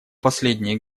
последние